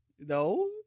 No